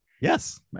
Yes